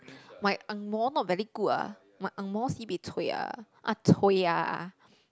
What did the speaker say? my angmoh not very good ah my angmoh sibeh cui ah ah cui ah